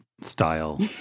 style